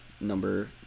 number